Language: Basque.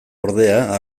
ordea